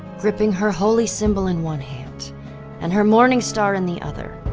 gripping her holy symbol in one hand and her morningstar in the other,